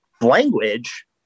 language